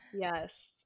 yes